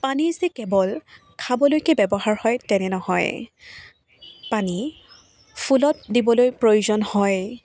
পানী যে কেৱল খাবলৈকে ব্যৱহাৰ হয় তেনে নহয় পানী ফুলত দিবলৈ প্ৰয়োজন হয়